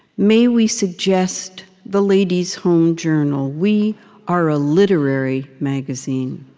may we suggest the ladies' home journal? we are a literary magazine.